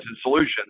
solutions